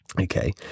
Okay